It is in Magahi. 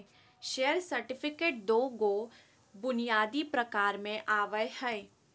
शेयर सर्टिफिकेट दू गो बुनियादी प्रकार में आवय हइ